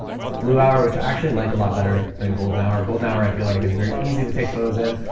it's blue hour, which i actually like a lot better than golden hour, golden hour. i feel like it's very easy to take photos in